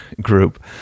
group